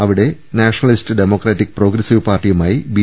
അവിടെ Nationalist Democratic Progressive പാർട്ടിയുമായി B